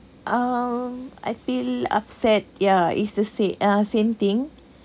uh I feel upset yeah it's the sa~ uh same thing